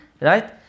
Right